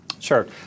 Sure